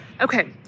Okay